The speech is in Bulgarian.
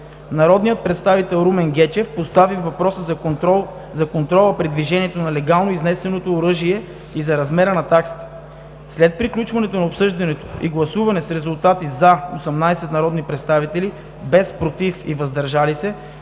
Народният представител Румен Гечев постави въпроса за контрола при движението на легално изнесеното оръжие и за размера на таксите. След приключване на обсъждането и гласуване с резултати: „за” – 18 народни представители, без „против” и „въздържали се”,